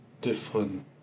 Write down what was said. different